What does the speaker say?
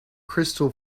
crystal